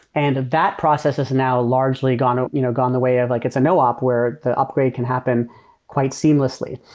and that process has now largely gone ah you know gone the way of like it's a no-op where the upgrade can happen quite seamlessly.